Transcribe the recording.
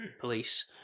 police